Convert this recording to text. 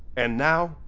and now,